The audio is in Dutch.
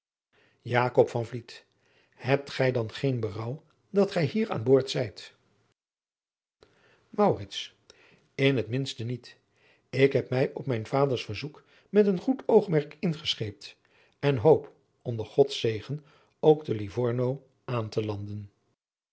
hebt gij dan geen berouw dat gij hier aan boord zijt maurits in het minste niet ik heb mij op mijns vaders verzoek met een goed oogmerk ingescheept en hoop onder gods zegen ook te livorno aan te landen